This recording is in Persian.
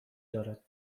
دارد